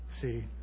see